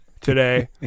today